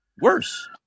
worse